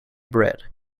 bread